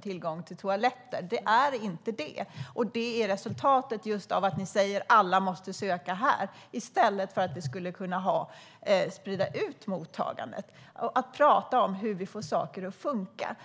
tillgång till toaletter. Det är inte det. Och det är resultatet av att ni, Carina Ohlsson, säger: Alla måste söka här. I stället skulle ni kunna sprida ut mottagandet och prata om hur vi får saker att funka.